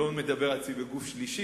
אני לא מדבר על עצמי בגוף שלישי,